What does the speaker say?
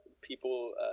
people